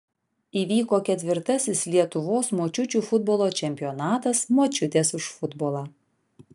įvyko ketvirtasis lietuvos močiučių futbolo čempionatas močiutės už futbolą